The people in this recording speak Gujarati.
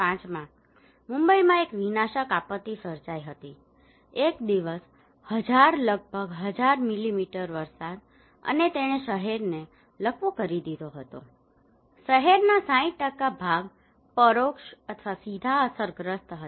2005 માં મુંબઇમાં એક વિનાશક આપતી સર્જાય હતી એક દિવસ 1000 લગભગ 1000 મિલીમીટર વરસાદ અને તેણે શહેરને લકવો કરી દીધો હતો શહેરના 60 ભાગ પરોક્ષ અથવા સીધા અસરગ્રસ્ત હતા